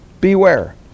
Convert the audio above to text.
Beware